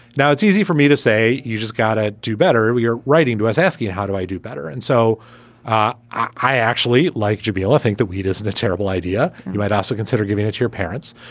now, it's easy for me to say you just gotta do better. we are writing to us asking how do i do better? and so i actually like gibreel, think that weed isn't a terrible idea. you might also consider giving it to your parents.